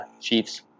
Chiefs